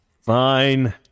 Fine